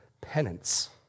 penance